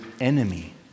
enemy